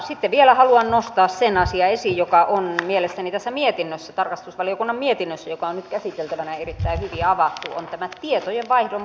sitten vielä haluan nostaa sen asian esiin joka on mielestäni tässä tarkastusvaliokunnan mietinnössä joka on nyt käsiteltävänä erittäin hyvin avattu tämän tietojenvaihdon parantamisen